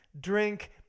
drink